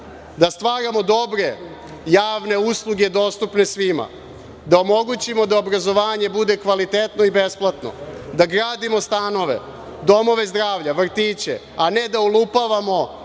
da stvaramo dobre javne usluge dostupne svima, da omogućimo da obrazovanje bude kvalitetno i besplatno, da gradimo stanove, domove zdravlja, vrtiće, a ne da olupavamo